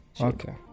Okay